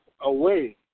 Away